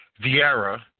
Vieira